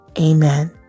Amen